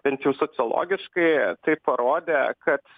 bent jau sociologiškai tai parodė kad